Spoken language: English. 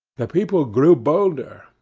the people grew bolder,